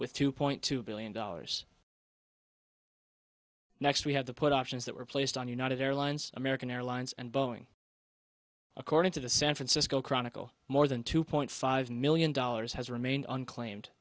with two point two billion dollars next we have the put options that were placed on united airlines american airlines and boeing according to the san francisco chronicle more than two point five million dollars has remained unclaimed